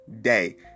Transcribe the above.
day